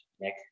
Nick